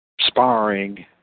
sparring